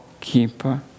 keeper